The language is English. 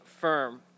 firm